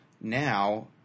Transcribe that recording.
now